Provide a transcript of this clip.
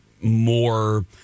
more